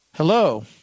hello